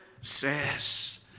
says